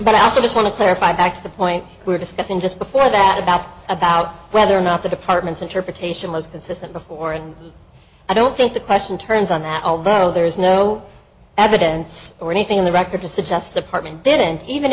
about half of us want to clarify back to the point we're discussing just before that about about whether or not the department's interpretation was consistent before and i don't think the question turns on that although there is no evidence or anything in the record to suggest the party didn't even